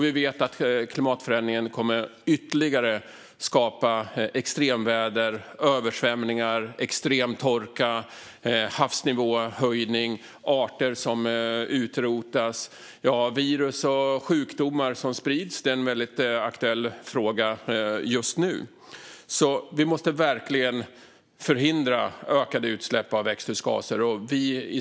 Vi vet att klimatförändringen kommer att skapa ytterligare extremväder, översvämningar, extremtorka, havsnivåhöjning, utrotning av arter och spridning av virus och sjukdomar. Det senare är en väldigt aktuell fråga just nu. Vi måste därför verkligen förhindra ökade utsläpp av växthusgaser.